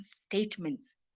statements